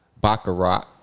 Baccarat